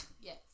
Yes